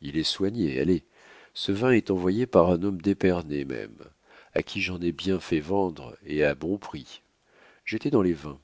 il est soigné allez ce vin est envoyé par un homme d'épernay même à qui j'en ai bien fait vendre et à bon prix j'étais dans les vins